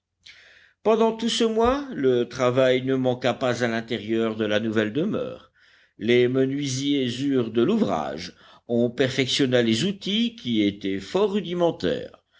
pendant tout ce mois le travail ne manqua pas à l'intérieur de la nouvelle demeure les menuisiers eurent de l'ouvrage on perfectionna les outils qui étaient fort rudimentaires